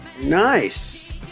Nice